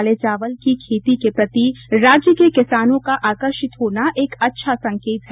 काले चावल की खेती के प्रति राज्य के किसानों का आकर्षित होना एक अच्छा संकेत है